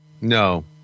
No